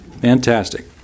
Fantastic